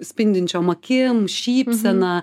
spindinčiom akim šypsena